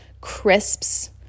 crisps